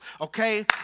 okay